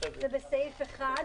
בסעיף 1,